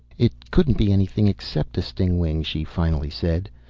it couldn't be anything except a stingwing, she finally said.